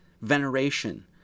veneration